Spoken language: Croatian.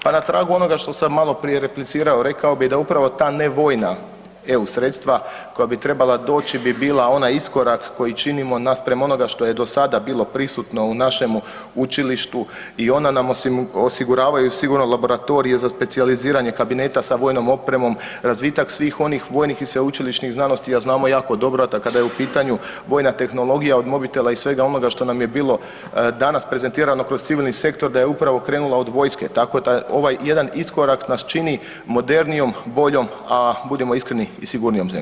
Pa na tragu onoga što sam maloprije replicirao, rekao bih da upravo ta nevojna EU sredstva koja bi trebala doći bi bila onaj iskorak koji činimo naspram onoga što je do sada bilo prisutno u našemu Učilištu i ona nam osiguravaju sigurno laboratorije za specijaliziranje kabineta sa vojnom opremom, razvitak svih onih vojnih i sveučilišnih znanosti, a znamo jako dobro da kada je u pitanju vojna tehnologija od mobitela i svega onoga što nam je bilo danas prezentirano kroz civilni sektor da je upravo krenula od vojske, tako da ovaj jedan iskorak nas čini modernijom, boljom, a budimo iskreni i sigurnijom zemljom.